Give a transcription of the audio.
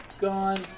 gone